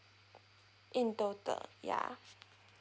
in total ya